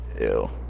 Ew